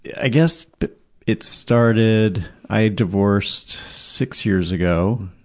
i guess it started i divorced six years ago,